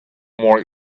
more